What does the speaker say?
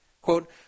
Quote